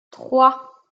trois